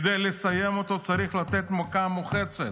כדי לסיים אותו צריך לתת מכה מוחצת,